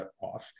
off